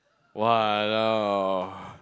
!walao!